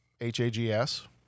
H-A-G-S